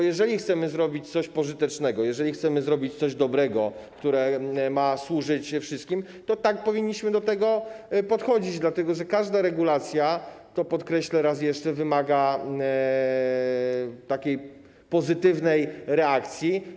Jeżeli chcemy zrobić coś pożytecznego, chcemy zrobić coś dobrego, co ma służyć wszystkim, to tak powinniśmy do tego podchodzić, dlatego że każda regulacja - podkreślę raz jeszcze - wymaga pozytywnej reakcji.